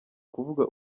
kuvuga